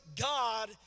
God